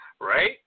Right